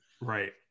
Right